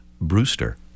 Brewster